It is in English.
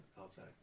outside